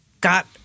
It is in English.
got